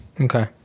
Okay